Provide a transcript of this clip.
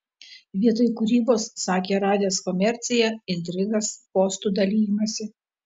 vietoj kūrybos sakė radęs komerciją intrigas postų dalijimąsi